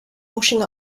washing